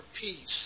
peace